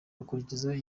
akurikizaho